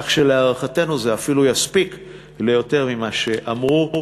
כך שלהערכתנו זה אפילו יספיק ליותר ממה שאמרו.